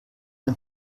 den